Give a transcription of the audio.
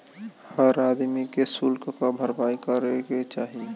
हर आदमी के सुल्क क भरपाई करे के चाही